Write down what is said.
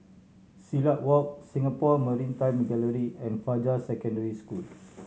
Silat Walk Singapore Maritime Gallery and Fajar Secondary School